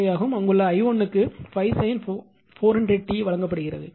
5 ஆகும் அங்கு i1 க்கு 5 sin 400 t வழங்கப்படுகிறது